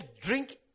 drink